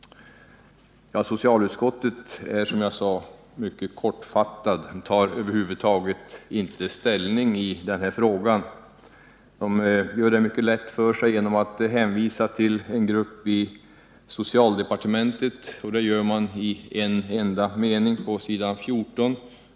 Socialutskottet är, som jag sade, mycket kortfattat på den här punkten och tar över huvud taget inte ställning i frågan. Man gör det lätt för sig genom att på s. 14 i betänkandet i en enda mening hänvisa till en grupp i socialdepartementet.